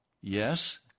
Yes